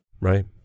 Right